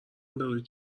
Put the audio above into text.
بروی